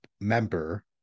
member